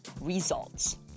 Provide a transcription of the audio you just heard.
results